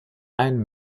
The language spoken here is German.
ein